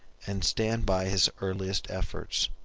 and stand by his earliest efforts,